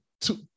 two